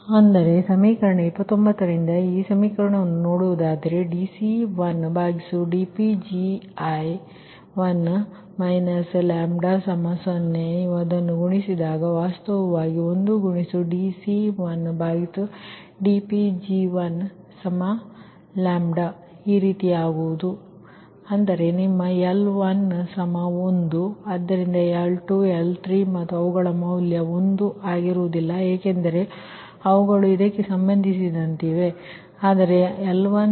ಅಂದರೆ ಸಮೀಕರಣ 29 ರಿಂದ ಈ ಸಮೀಕರಣವನ್ನು ನೋಡುವುದಾದರೆ dC1dPg1 λ0 ನೀವು ಅದನ್ನು ಗುಣಿಸಿದಾಗ ಇದು ವಾಸ್ತವವಾಗಿ 1× dC1dPg1 ಈ ರೀತಿಯಾಗುವುದು ಅಂದರೆ ನಿಮ್ಮ L11 ಆದ್ದರಿಂದ L2 L3 ಅವುಗಳ ಮೌಲ್ಯ 1 ಅಲ್ಲ ಏಕೆಂದರೆ ಅವುಗಳು ಇದಕ್ಕೆ ಸಂಬಂಧಿಸಿವೆ